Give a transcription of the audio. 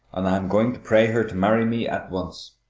and i am going to pray her to marry me at once.